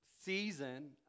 season